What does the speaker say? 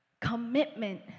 commitment